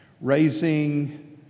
Raising